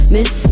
Miss